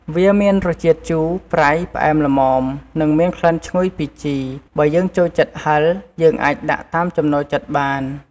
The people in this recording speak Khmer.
វាមានរសជាតិជូរ ប្រៃ ផ្អែមល្មម និងមានក្លិនឈ្ងុយពីជី បើយើងចូលចិត្តហឹរ យើងអាចដាក់តាមចំណូលចិត្តបាន។